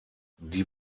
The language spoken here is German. die